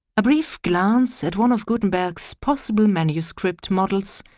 a brief glance at one of gutenberg's possible manuscript models,